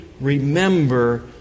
remember